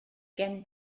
gen